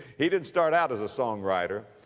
he didn't start out as a songwriter.